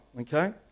okay